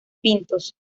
pintos